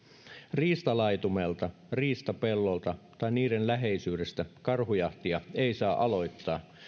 riistalaitumelta riistapellolta tai niiden läheisyydestä karhujahtia ei saa aloittaa